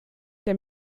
der